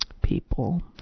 people